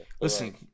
Listen